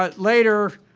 but later,